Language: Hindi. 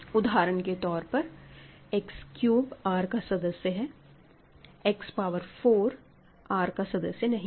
उदाहरण के तौर पर X क्यूब R का सदस्य है X पावर 4 R का सदस्य नहीं है